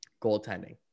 goaltending